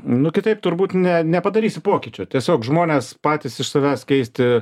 nu kitaip turbūt ne nepadarysi pokyčio tiesiog žmonės patys iš savęs keisti